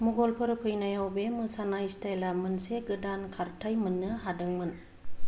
मुगाल फोर फैनायाव बे मोसानाय स्टाइल आ मोनसे गोदान खारथाइ मोननो हादोंमोन